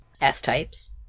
S-types